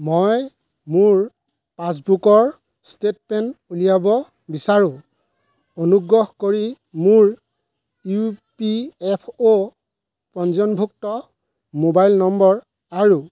মই মোৰ পাছবুকৰ ষ্টেটমেণ্ট উলিয়াব বিচাৰোঁ অনুগ্ৰহ কৰি মোৰ ই পি এফ অ' পঞ্জীয়নভুক্ত মোবাইল নম্বৰ আৰু